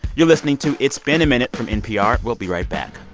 you're listening to it's been a minute from npr. we'll be right back